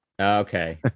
Okay